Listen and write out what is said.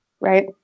Right